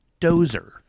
dozer